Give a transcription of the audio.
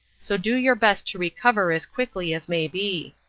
so do your best to recover as quickly as may be.